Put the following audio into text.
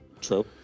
true